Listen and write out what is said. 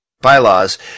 bylaws